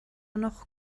noch